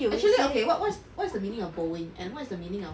actually okay what what's what's the meaning of boeing and what's the meaning of